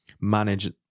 manage